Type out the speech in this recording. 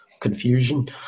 confusion